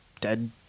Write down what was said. dead